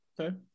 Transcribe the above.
okay